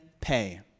pay